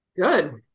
Good